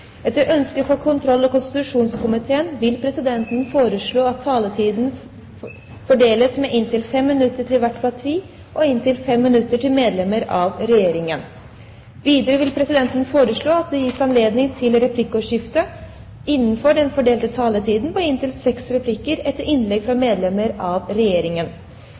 Etter ønske fra kontroll- og konstitusjonskomiteen vil presidenten foreslå at taletiden fordeles med inntil 5 minutter til hvert parti, og inntil 5 minutter til medlemmer av Regjeringen. Videre vil presidenten foreslå at det gis anledning til replikkordskifte på inntil seks replikker med svar etter innlegg fra medlemmer av Regjeringen